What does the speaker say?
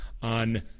on